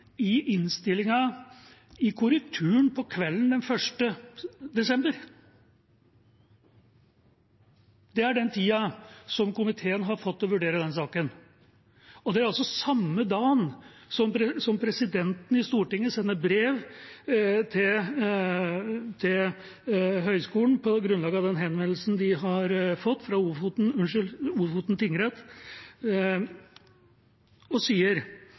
i innstillinga i korrekturen på kvelden den 1. desember. Det er den tida som komiteen har fått til å vurdere den saken. Det er samme dag som presidenten i Stortinget sender brev til høgskolen, på grunnlag av den henvendelsen de har fått fra Ofoten tingrett, og skriver at det er naturlig at grunnlovsspørsmål og